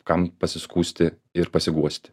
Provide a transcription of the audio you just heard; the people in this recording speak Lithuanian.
kam pasiskųsti ir pasiguosti